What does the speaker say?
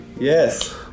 Yes